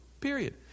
period